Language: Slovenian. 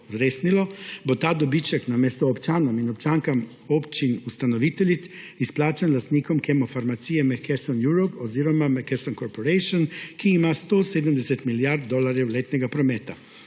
bo ta dobiček namesto občanom in občankam občin ustanoviteljic izplačan lastnikom Kemofarmacije, McKesson Europe oziroma McKesson Corporation, ki ima 170 milijard dolarjev letnega prometa.